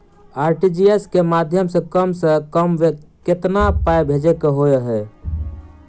RTGS केँ माध्यम सँ कम सऽ कम केतना पाय भेजे केँ होइ हय?